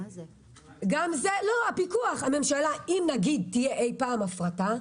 אם תהיה אי פעם הפרטה,